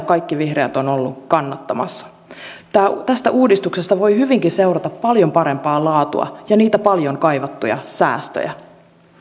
kaikki vihreät olemme olleet kannattamassa tästä uudistuksesta voi hyvinkin seurata paljon parempaa laatua ja niitä paljon kaivattuja säästöjä